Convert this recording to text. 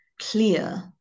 clear